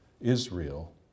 Israel